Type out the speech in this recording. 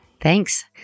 Thanks